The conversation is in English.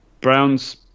Browns